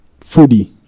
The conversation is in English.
foodie